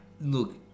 Look